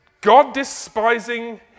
God-despising